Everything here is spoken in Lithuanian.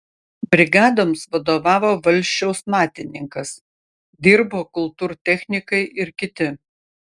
brigadoms vadovavo valsčiaus matininkas dirbo kultūrtechnikai ir kiti